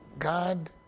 God